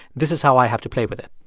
this is how i have to play with it